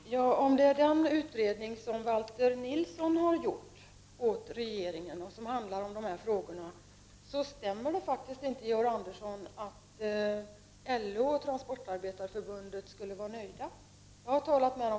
Herr talman! Om kommunikationsministern talar om den utredning som Valter Nilsson har gjort på uppdrag av regeringen och som handlar om dessa frågor, stämmer det inte, Georg Andersson, att LO och Transportarbetareförbundet skulle vara nöjda.